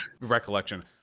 recollection